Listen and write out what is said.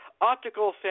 optical